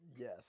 Yes